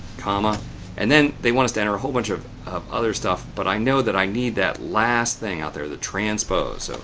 comma and then they want us to enter a whole bunch of of other stuff, but i know that i need that last thing out there, the transpose. so